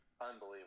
Unbelievable